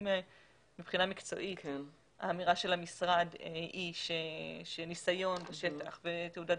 אם מבחינה מקצועית האמירה של המשרד היא שניסיון בשטח ותעודת